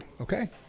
okay